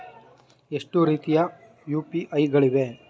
ಎಷ್ಟು ರೀತಿಯ ಯು.ಪಿ.ಐ ಗಳಿವೆ?